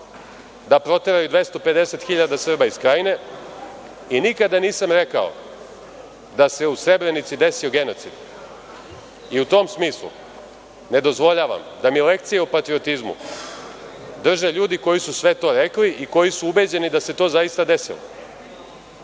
da proteraju 250.000 Srba iz Krajine i nikada nisam rekao da se u Srebrenici desio genocid. I u tom smislu ne dozvoljavam da mi lekcije o patriotizmu drže ljudi koji su sve to rekli i koji su ubeđeni da se sve to zaista i